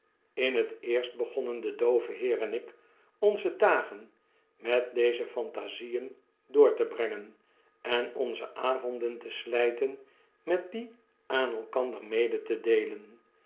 in het eerst begonnen de doove heer en ik onze dagen met deze phantasieen door te brengen en onze avonden te slyten met die aan elkander mede te deelen